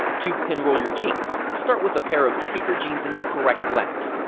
to pinroll your jeans, start with a pair of tapered jeans in the correct length.